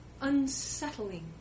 unsettling